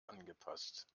angepasst